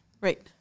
right